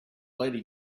lady